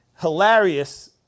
hilarious